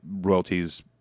royalties